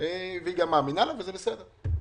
והיא גם מאמינה לה וזה בסדר.